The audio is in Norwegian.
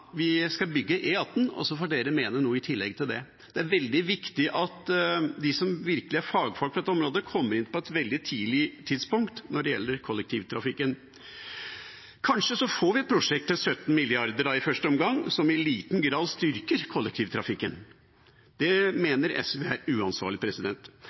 vi skal bygge E18 – og så får dere mene noe i tillegg til det. Det er veldig viktig når det gjelder kollektivtrafikken, at de som virkelig er fagfolk på dette området, kommer inn på et veldig tidlig tidspunkt. Kanskje får vi et prosjekt til 17 mrd. kr i første omgang som i liten grad styrker kollektivtrafikken. Det